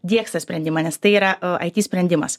diegs tą sprendimą nes tai yra it sprendimas